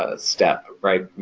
ah step. right? you